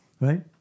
Right